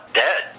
dead